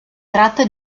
tratta